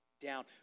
down